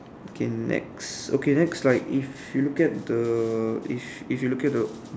okay next okay next slide if you look at the if if you look at the